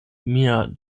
mia